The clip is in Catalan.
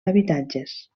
habitatges